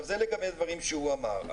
זה לגבי הדברים שהוא אמר.